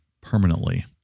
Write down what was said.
permanently